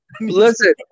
Listen